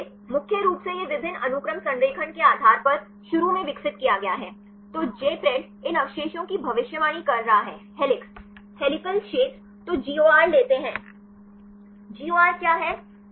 इसलिए मुख्य रूप से यह विभिन्न अनुक्रम संरेखण के आधार पर शुरू में विकसित किया गया है तो Jpred इन अवशेषों की भविष्यवाणी कर रहा है हेलिक्स हेलिकल क्षेत्र तो GOR लेते हैं GOR क्या है